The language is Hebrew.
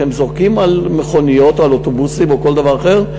שזורקים על מכוניות או אוטובוסים או כל דבר אחר.